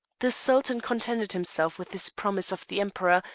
the sultan contented himself with this promise of the emperor,